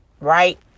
Right